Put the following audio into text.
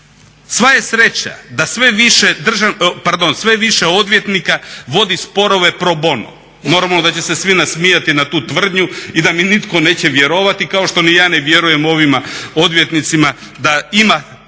sve više, pardon sve više odvjetnika vodi sporove pro bono. Normalno da će se svi nasmijati na tu tvrdnju i da mi nitko neće vjerovati kao što ni ja ne vjerujem ovima odvjetnicima da ima takvih